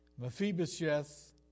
Mephibosheth